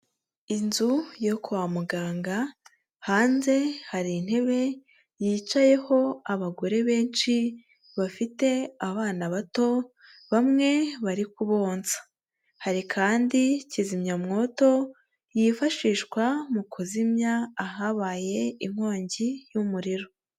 Inzu yo kwa muganga, hanze hari intebe yicayeho abagore benshi bafite abana bato, bamwe bari kubonsa, hari kandi kizimyamwoto, yifashishwa mu kuzimya, ahabaye inkongi y'umuriro.